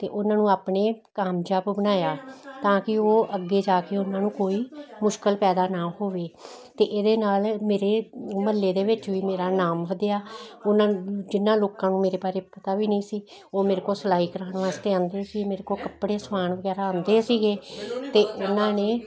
ਅਤੇ ਉਹਨਾਂ ਨੂੰ ਆਪਣਾ ਕਾਮਯਾਬ ਬਣਾਇਆ ਤਾਂ ਕਿ ਉਹ ਅੱਗੇ ਜਾ ਕੇ ਉਹਨਾਂ ਨੂੰ ਕੋਈ ਮੁਸ਼ਕਿਲ ਪੈਦਾ ਨਾ ਹੋਵੇ ਅਤੇ ਇਹਦੇ ਨਾਲ ਮੇਰੇ ਮਹੱਲੇ ਦੇ ਵਿੱਚ ਵੀ ਮੇਰਾ ਨਾਮ ਵਧਿਆ ਉਹਨਾਂ ਜਿਹਨਾਂ ਲੋਕਾਂ ਨੂੰ ਮੇਰੇ ਬਾਰੇ ਪਤਾ ਵੀ ਨਹੀਂ ਸੀ ਉਹ ਮੇਰੇ ਕੋਲ ਸਿਲਾਈ ਕਰਾਉਣ ਵਾਸਤੇ ਆਉਂਦੇ ਸੀ ਮੇਰੇ ਕੋਲ ਕੱਪੜੇ ਸਵਾਉਣ ਵਗੈਰਾ ਆਉਂਦੇ ਸੀਗੇ ਅਤੇ ਉਹਨਾਂ ਨੇ